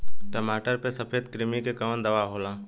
टमाटर पे सफेद क्रीमी के कवन दवा होला?